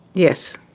yes.